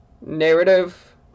Narrative